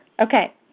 Okay